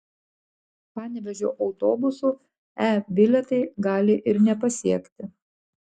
panevėžio autobusų e bilietai gali ir nepasiekti